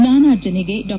ಜ್ಞಾನಾರ್ಜನೆಗೆ ಡಾ